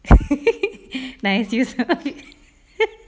nice you